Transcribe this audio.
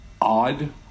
odd